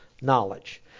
knowledge